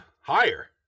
Higher